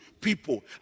people